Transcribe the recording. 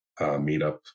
meetup